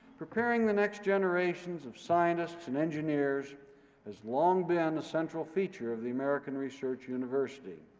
preparing the next generations of scientists and engineers has long been a central feature of the american research university.